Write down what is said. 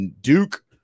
Duke